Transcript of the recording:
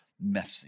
messy